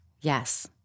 yes